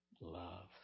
love